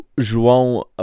João